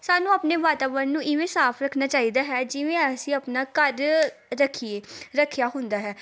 ਸਾਨੂੰ ਆਪਣੇ ਵਾਤਾਵਰਣ ਨੂੰ ਇਵੇਂ ਸਾਫ ਰੱਖਣਾ ਚਾਹੀਦਾ ਹੈ ਜਿਵੇਂ ਅਸੀਂ ਆਪਣਾ ਘਰ ਰੱਖੀਏ ਰੱਖਿਆ ਹੁੰਦਾ ਹੈ